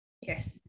Yes